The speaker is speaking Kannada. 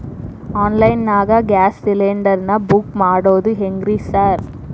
ಆನ್ಲೈನ್ ನಾಗ ಗ್ಯಾಸ್ ಸಿಲಿಂಡರ್ ನಾ ಬುಕ್ ಮಾಡೋದ್ ಹೆಂಗ್ರಿ ಸಾರ್?